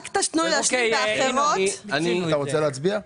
אתה רוצה להצביע?